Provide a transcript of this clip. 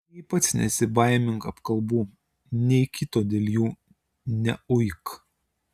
nei pats nesibaimink apkalbų nei kito dėl jų neuik